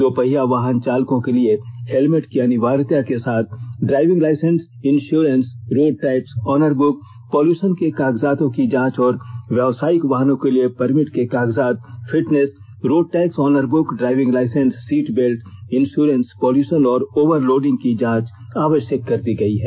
दो पहिया वाहन चालकों के लिए हेलमेट की अनिवार्यता के साथ ही driving licence insurance road tax owner book pollution के कागजातों की जांच और व्यावसायिक वाहनों के लिए परमिट के कागजात fitness road tax owner book driving licence seat belt insurance pollution और ओवरलोडिंग की जांच आवष्यक कर दी गई है